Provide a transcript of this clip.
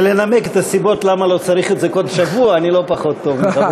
בלנמק את הסיבות למה לא צריך את זה כל שבוע אני לא פחות טוב ממך,